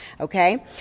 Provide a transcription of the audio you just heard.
Okay